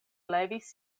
levis